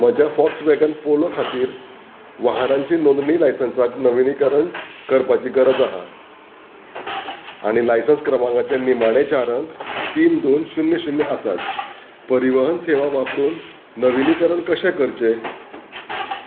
म्हज्या Volkswagen Polo खातीर वाहनांची नोंदणी लायसन्साक नविनीकरण करपाची गरज आहा आनी लायसन्स क्रमांकाचे निमाणे चार अंक तीन दोन शुन्य शुन्य आसात परिवाहन सेवा वापरून नविनीकरण कशें करचें